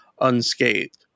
unscathed